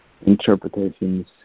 interpretations